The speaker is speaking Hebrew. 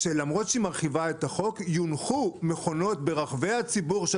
למרות שהיא מרחיבה את החוק יונחו מכונות ברחבי הציבור של